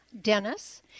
Dennis